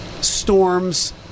storms